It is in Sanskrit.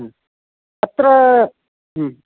अत्र